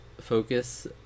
focus